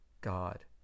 God